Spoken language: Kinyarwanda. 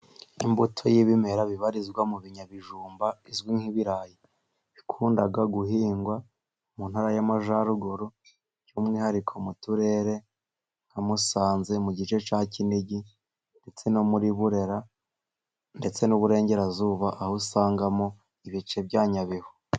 Imbuto y'ibimera bibarizwa mu binyabijumba izwi nk'ibirayi, ikunda guhingwa mu ntara y'Amajyaruguru, by'umwihariko mu turere nka Musanze mu gice cya Kinigi, ndetse no muri Burera ndetse n'Uburengerazuba aho usangamo ibice bya Nyabihu.